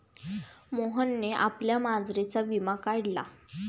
मोहनने आपल्या मांजरीचा विमा काढला